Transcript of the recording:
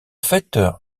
fait